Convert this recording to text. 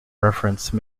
reference